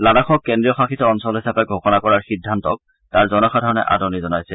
লাডাখক কেজ্ৰীয়শাসিত অঞ্চল হিচাপে ঘোষণা কৰাৰ সিদ্ধান্তক তাৰ জনসাধাৰণে আদৰণি জনাইছে